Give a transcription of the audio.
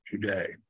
today